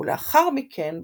ולאחר מכן,